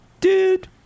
dude